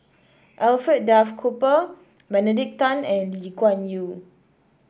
Alfred Duff Cooper Benedict Tan and Lee Kuan Yew